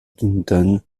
clinton